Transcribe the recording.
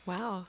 Wow